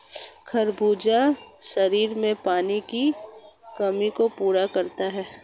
खरबूजा शरीर में पानी की कमी को पूरा करता है